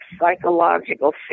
psychological